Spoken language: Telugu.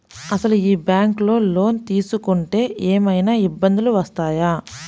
అసలు ఈ బ్యాంక్లో లోన్ తీసుకుంటే ఏమయినా ఇబ్బందులు వస్తాయా?